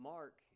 Mark